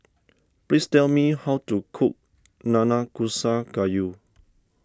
please tell me how to cook Nanakusa Gayu